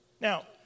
Now